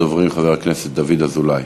ראשון הדוברים, חבר הכנסת דוד אזולאי,